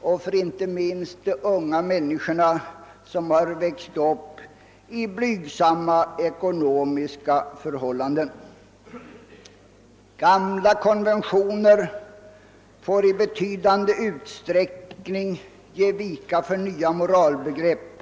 och särskilt då för dem som vuxit upp under blygsamma ekonomiska förhållanden. Gamla konventioner får i betydande grad ge vika för nya moralbegrepp.